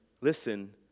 listen